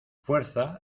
fuerza